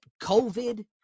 COVID